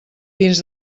dins